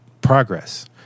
progress